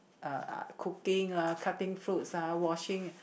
uh uh cooking lah cutting fruits ah washing